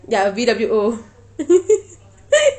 they are V_W_O